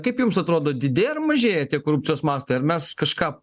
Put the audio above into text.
kaip jums atrodo didėja ar mažėja tiek korupcijos mastai ar mes kažką